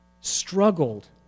Struggled